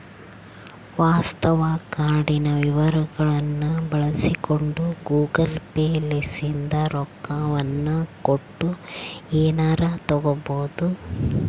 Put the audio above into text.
ವಾಸ್ತವ ಕಾರ್ಡಿನ ವಿವರಗಳ್ನ ಬಳಸಿಕೊಂಡು ಗೂಗಲ್ ಪೇ ಲಿಸಿಂದ ರೊಕ್ಕವನ್ನ ಕೊಟ್ಟು ಎನಾರ ತಗಬೊದು